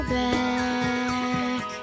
back